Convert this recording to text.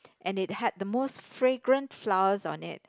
and it had the most fragrant flowers on it